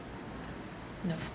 no